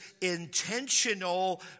intentional